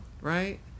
right